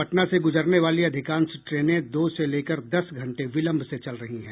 पटना से गुजरने वाली अधिकांश ट्रेने दो से लेकर दस घंटे विलंब से चल रही है